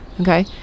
okay